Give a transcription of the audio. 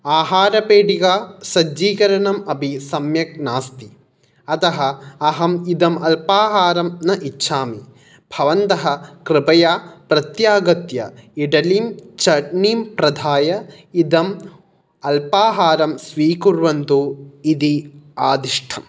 आहारपेटिगा सज्जीकरणम् अपि सम्यक् नास्ति अतः अहम् इदम् अल्पाहारं न इच्छामि भवन्तः कृपया प्रत्यागत्य इड्लीं चट्नीं प्रधाय इदम् अल्पाहारं स्वीकुर्वन्तु इदि आदिष्ठम्